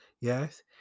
yes